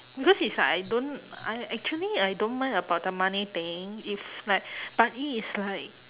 because is like I don't I actually I don't mind about the money thing if like but it is like